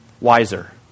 wiser